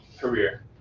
career